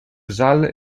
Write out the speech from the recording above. зал